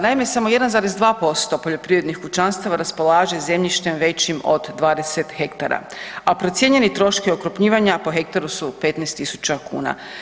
Naime, samo 1,2% poljoprivrednih pučanstava raspolaže zemljištem većim od 20 hektara, a procijenjeni troškovi okrupnjivanja po hektaru su 15.000 kuna.